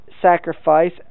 Sacrifice